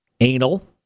anal